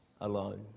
alone